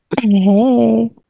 Hey